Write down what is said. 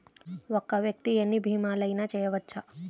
ఒక్క వ్యక్తి ఎన్ని భీమలయినా చేయవచ్చా?